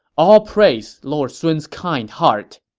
all praise lord sun's kind heart!